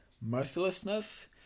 mercilessness